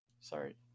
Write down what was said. Sorry